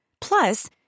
Plus